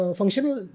functional